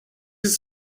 ist